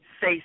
say